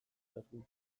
zerbitzuen